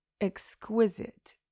exquisite